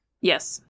Yes